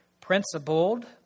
principled